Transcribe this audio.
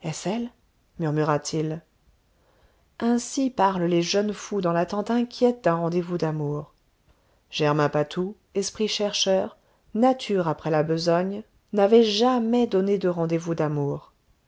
est-ce elle murmura-t-il ainsi parlent les jeunes fous dans l'attente inquiète d'un rendez-vous d'amour germain patou esprit chercheur nature âpre à la besogne n'avait jamais donne de rendez-vous d'amour